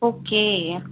okay